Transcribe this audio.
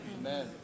Amen